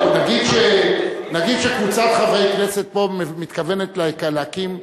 נגיד שקבוצת חברי כנסת פה מתכוונת להקים,